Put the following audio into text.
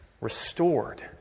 restored